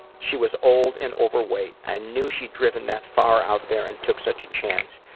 she was old and overweight. i knew she'd driven that far out there and took such a chance,